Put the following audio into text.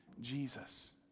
Jesus